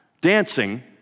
dancing